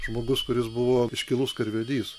žmogus kuris buvo iškilus karvedys